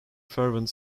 fervent